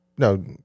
No